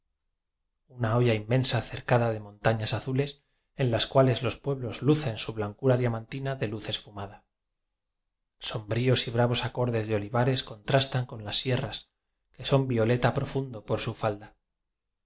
una hoya inmensa cercada de montañas azules en las cuales los pueblos lucen su blancura diamantina de luz esfumada som bríos y bravos acordes de olivares contras tan con las sierras que son violeta profun do por su falda